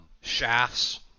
shafts